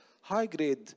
high-grade